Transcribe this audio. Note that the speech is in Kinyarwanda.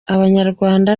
abanyarwanda